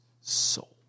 soul